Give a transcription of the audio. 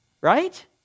right